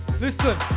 listen